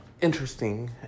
interesting